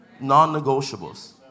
Non-negotiables